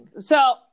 So-